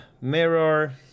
Mirror